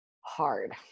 hard